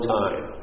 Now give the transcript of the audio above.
time